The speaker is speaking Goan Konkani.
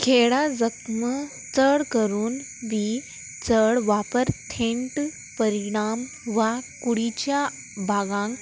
खेडा जख्म चड करून बी चड वापर थेंट परिणाम वा कुडीच्या भागांक